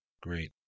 great